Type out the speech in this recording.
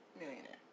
Millionaire